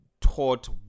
taught